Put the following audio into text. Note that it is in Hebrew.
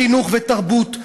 חינוך ותרבות,